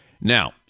Now